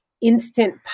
Instant